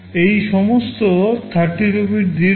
এই সমস্ত 32 bit দীর্ঘ